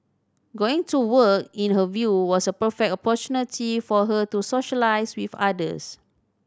going to work in her view was a perfect opportunity for her to socialise with others